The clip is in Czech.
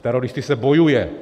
S teroristy se bojuje.